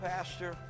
Pastor